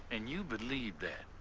and you believed that?